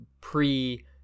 pre